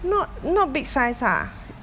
not not big size ah is that